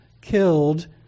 killed